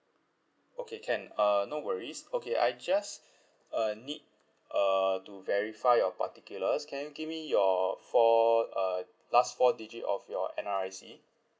okay can uh no worries okay I just uh need uh to verify your particulars can you give me your four uh last four digit of your N_R_I_C